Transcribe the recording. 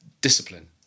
Discipline